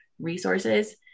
resources